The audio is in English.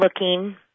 looking